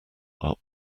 are